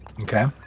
Okay